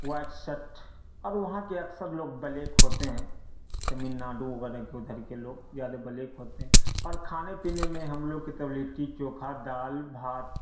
white شٹھ اور وہاں کے اکثر لوگ بلیک ہوتے ہیں تمل ناڈو وغیرہ کے ادھر کے لوگ زیادہ بلیک ہوتے ہیں اور کھانے پینے میں ہم لوگ کی طرف لٹّی چوکھا دال بھات